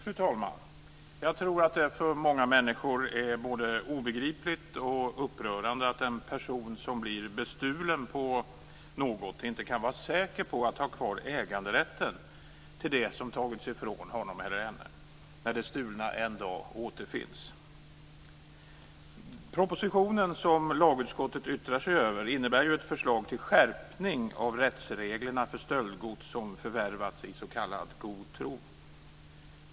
Fru talman! Jag tror att det för många människor är både obegripligt och upprörande att en person som blir bestulen på något inte kan vara säker på att ha kvar äganderätten till det som tagits ifrån honom eller henne när det stulna en dag återfinns. Den proposition som lagutskottet yttrar sig över är ett förslag till skärpning av rättsreglerna för stöldgods som förvärvats i s.k. god tro.